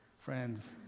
friends